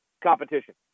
competition